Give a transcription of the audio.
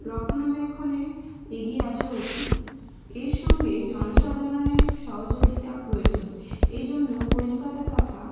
রক্ষণাবেক্ষণে এগিয়ে আশা উচিত এর সঙ্গে জনসাধারণের সহযোগিতা প্রয়োজন এই জন্য কলিকাতা তথা